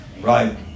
right